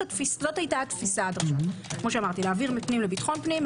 זו היתה התפיסה להעביר מפנים לביטחון פנים,